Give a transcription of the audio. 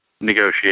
negotiate